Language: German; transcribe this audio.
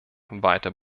weiter